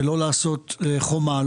ולא לעשות חומה,